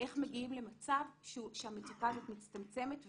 איך מגיעים למצב שהמצוקה הזאת מצטמצמת ונפתרת?